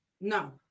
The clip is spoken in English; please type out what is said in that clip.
No